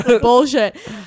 Bullshit